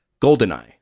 Goldeneye